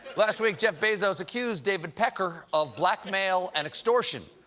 last week, jeff bezos accused david pecker of blackmail and extortion.